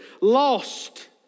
lost